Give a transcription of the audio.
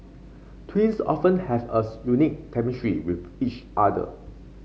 twins often have a unique chemistry with each other